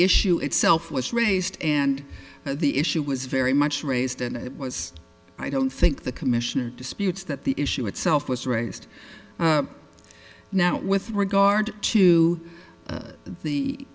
issue itself was raised and the issue was very much raised and it was i don't think the commissioner disputes that the issue itself was raised now with regard to